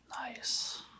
Nice